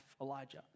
Elijah